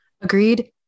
Agreed